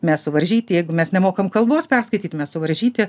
mes suvaržyti jeigu mes nemokam kalbos perskaityt mes suvaržyti